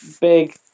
big